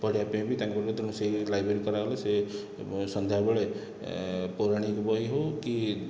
ପଢ଼ିବା ପାଇଁ ବି ତାଙ୍କ ଭିତରୁ ସେହି ଲାଇବ୍ରେରୀ କରାଗଲେ ସେ ସନ୍ଧ୍ୟାବେଳେ ପୌରାଣିକ ବହି ହେଉ କି